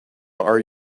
are